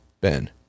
Ben